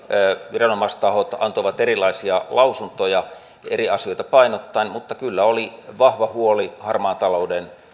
viranomaistahot antavat erilaisia lausuntoja eri asioita painottaen mutta kyllä oli vahva huoli harmaan talouden